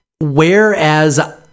whereas